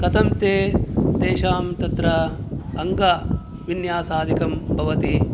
कथं ते तेषां तत्र अङ्गविन्यासादिकं भवति